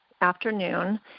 afternoon